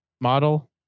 model